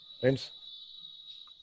Friends